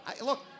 Look